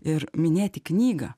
ir minėti knygą